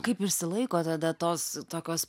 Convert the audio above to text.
kaip išsilaiko tada tos tokios